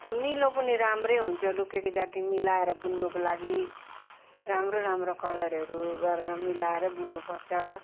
निलो पनि राम्रै हुन्छ लु के के जाति मिलाएर बुन्नुको लागि राम्रो राम्रो कलरहरू गरेर मिलाएरै बुन्नु पर्छ